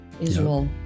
Israel